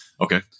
Okay